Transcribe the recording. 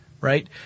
right